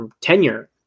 tenure